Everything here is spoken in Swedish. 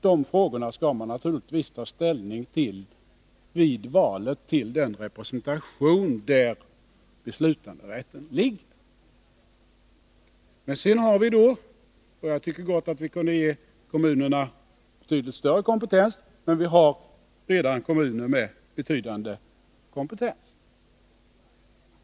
De frågorna skall man naturligtvis ta ställning till vid valet till den representation där beslutanderätten ligger. Men sedan har vi kommunalpolitiska frågor — jag tycker gott att vi kunde ge kommunerna betydligt större kompetens, men de har redan betydande kompetens.